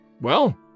Well